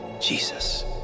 Jesus